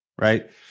Right